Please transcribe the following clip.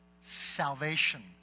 salvation